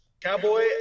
cowboy